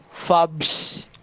Fabs